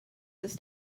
this